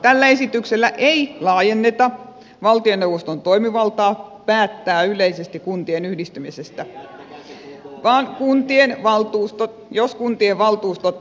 tällä esityksellä ei laajenneta valtioneuvoston toimivaltaa päättää yleisesti kuntien yhdistymisestä jos kuntien valtuustot sitä vastustavat